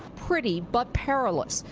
pretty but perilous.